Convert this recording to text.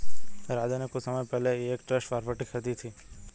राधे ने कुछ समय पहले ही एक ट्रस्ट प्रॉपर्टी खरीदी है